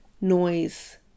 noise